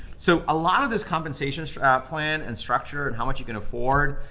so a lot of this compensation plan and structure and how much you can afford,